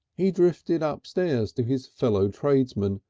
he drifted ah upstairs to his fellow-tradesmen,